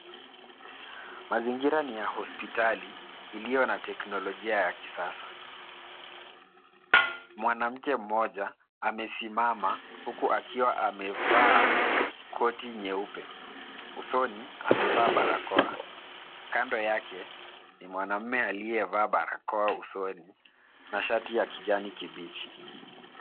Mazingira ni ya hospitali iliyo na teknolojia ya kisasa ,mwanamke mmoja amesimama huku akiwa amevaa koti nyeupe ,usoni amevaa barakoa ,kando yake ,ni mwanamume aliyevaa barakoa usoni na shati ya kijani kibichi.